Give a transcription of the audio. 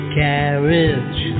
carriage